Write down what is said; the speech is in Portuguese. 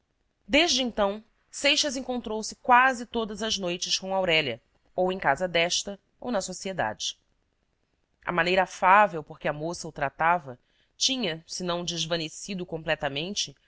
seixas encontrou-se quase todas as noites com aurélia ou em casa desta ou na sociedade a maneira afável por que a moça o tratava tinha se não desvanecido completamente